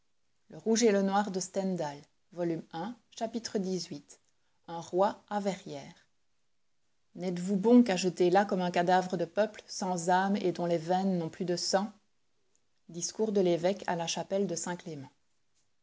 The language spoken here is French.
chapitre xviii un roi a verrières n'êtes-vous bons qu'à jeter là comme un cadavre de peuple sans âme et dont les veines n'ont plus de sang discours de l'evêque à la chapelle de saint clément